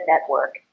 Network